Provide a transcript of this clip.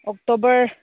October